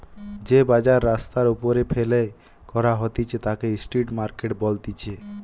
যে বাজার রাস্তার ওপরে ফেলে করা হতিছে তাকে স্ট্রিট মার্কেট বলতিছে